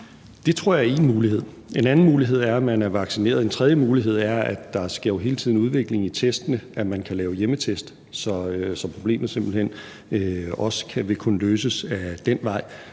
Det tror jeg er én mulighed; en anden mulighed er, at man er vaccineret; en tredje mulighed er – der sker jo hele tiden udvikling i testene – at man kan lave hjemmetest, så problemet simpelt hen også vil kunne løses ad den vej.